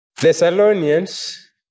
Thessalonians